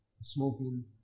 smoking